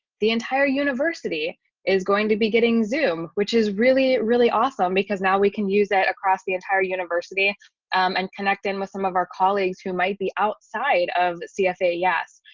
the entire university is going to be getting zoom, which is really, really awesome, because now we can use it across the entire university and connect in with some of our colleagues who might be outside of cfa. yes.